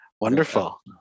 Wonderful